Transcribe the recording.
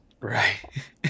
right